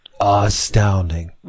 astounding